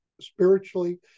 spiritually